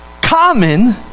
Common